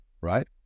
right